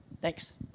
thanks